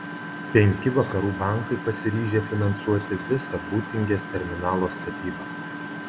penki vakarų bankai pasiryžę finansuoti visą būtingės terminalo statybą